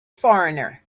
foreigner